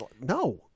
no